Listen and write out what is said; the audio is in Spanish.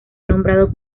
nombrado